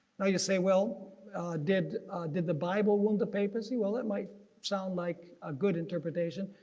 now you say well did did the bible wound the papacy? well it might sound like a good interpretation,